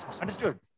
Understood